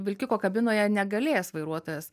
vilkiko kabinoje negalės vairuotojas